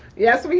yes, we